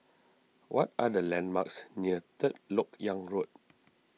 what are the landmarks near Third Lok Yang Road